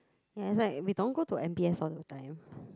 ya is like we don't go M_B_S all the time